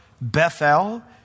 Bethel